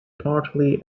partly